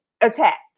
attacked